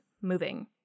moving